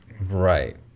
Right